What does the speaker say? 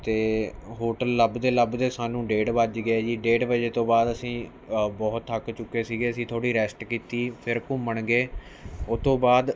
ਅਤੇ ਹੋਟਲ ਲੱਭਦੇ ਲੱਭਦੇ ਸਾਨੂੰ ਡੇਢ ਵੱਜ ਗਿਆ ਜੀ ਡੇਢ ਵਜੇ ਤੋਂ ਬਾਅਦ ਅਸੀਂ ਬਹੁਤ ਥੱਕ ਚੁੱਕੇ ਸੀ ਅਸੀਂ ਥੋੜੀ ਰੈਸਟ ਕੀਤੀ ਫਿਰ ਘੁੰਮਣ ਗਏ ਉਹ ਤੋਂ ਬਾਅਦ